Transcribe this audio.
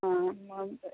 ആ